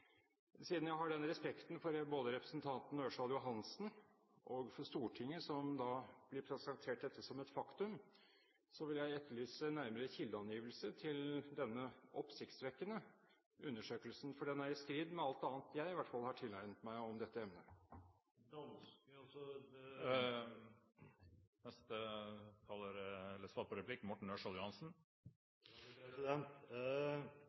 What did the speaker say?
Siden jeg har respekt for både representanten Ørsal Johansen og Stortinget, som blir presentert dette som et faktum, vil jeg etterlyse nærmere kildeangivelse til denne oppsiktsvekkende undersøkelsen. Den er i strid med alt annet i hvert fall jeg har tilegnet meg om dette emnet.